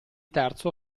terzo